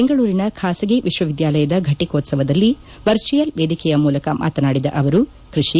ಬೆಂಗಳೂರಿನ ಖಾಸಗಿ ವಿಶ್ವವಿದ್ಯಾಲಯದ ಘಟಿಕೋತ್ಸವದಲ್ಲಿ ವರ್ಚುವಲ್ ವೇದಿಕೆಯ ಮೂಲಕ ಮಾತನಾಡಿದ ಅವರು ಕೃಷಿ